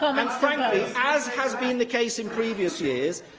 um am frankly, as has been the case in previous years,